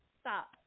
stop